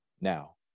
now